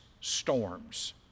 storms